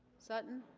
sutton